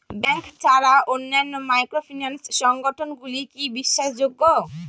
Bank ছাড়া অন্যান্য microfinance সংগঠন গুলি কি বিশ্বাসযোগ্য?